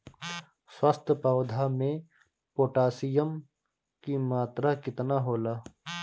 स्वस्थ पौधा मे पोटासियम कि मात्रा कितना होला?